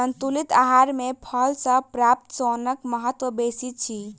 संतुलित आहार मे फल सॅ प्राप्त सोनक महत्व बेसी अछि